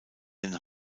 den